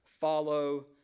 follow